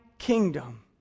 kingdom